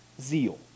zeal